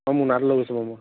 হ'ব মোনা এটা লৈ গৈছো বাৰু মই